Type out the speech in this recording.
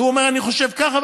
והוא אומר אני חושב ככה,